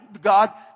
God